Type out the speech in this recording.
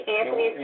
Anthony